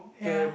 ya